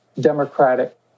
Democratic